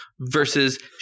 versus